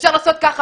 אפשר לעשות ככה.